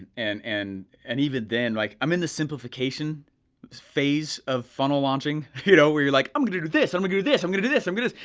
and and and even then, like i'm in the simplification phase of funnel launching, you know, where you're like i'm gonna do this, i'm gonna do this, i'm gonna do this, i'm gonna do this,